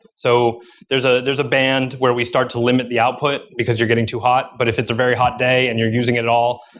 so there's ah there's a band where we start to limit the output, because you're getting too hot, but if it's a very hot day and you're using it all,